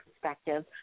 perspective